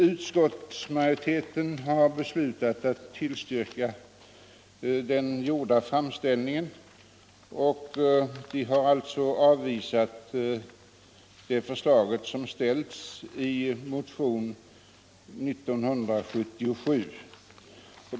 Utskottsmajoriteten har beslutat tillstyrka den i propositionen gjorda framställningen och avvisar förslaget i motionen 1977.